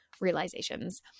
realizations